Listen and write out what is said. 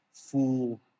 full